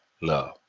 love